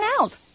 out